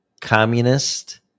Communist